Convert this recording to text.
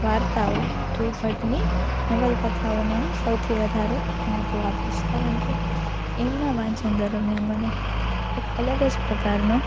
વાર્તાઓ ધ્રુવ ભટ્ટની નવલકથાઓને હું સૌથી વધારે મહત્ત્વ આપીશ કારણકે એમના વાંચન દરમિયાન મને એક અલગ જ પ્રકારનો